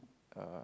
uh